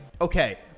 okay